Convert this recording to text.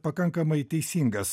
pakankamai teisingas